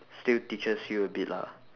still teaches you a bit lah